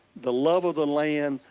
the love of the land,